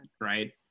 right